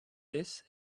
this